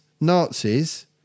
Nazis